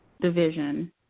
division